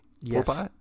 Yes